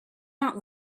not